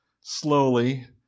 Slowly